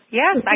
yes